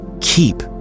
keep